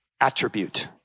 attribute